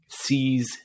sees